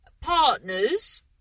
partners